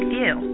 View